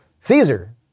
Caesar